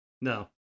No